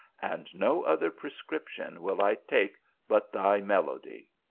and no other pre scription will i take but thy melody.